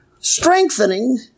strengthening